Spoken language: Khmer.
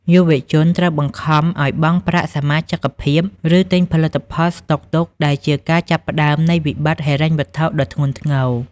យុវជនត្រូវបង្ខំឱ្យបង់ប្រាក់សមាជិកភាព ឬទិញផលិតផលស្តុកទុក ដែលជាការចាប់ផ្តើមនៃវិបត្តិហិរញ្ញវត្ថុដ៏ធ្ងន់ធ្ងរ។